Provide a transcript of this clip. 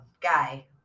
guy